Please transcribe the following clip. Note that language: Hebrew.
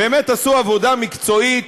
ובאמת עשו עבודה מקצועית,